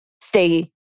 stay